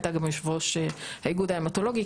הייתה גם יושב-ראש האיגוד ההמטולוגי,